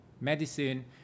medicine